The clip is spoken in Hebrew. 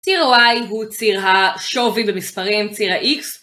ציר Y הוא ציר השווי במספרים, ציר ה-X.